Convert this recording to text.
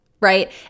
Right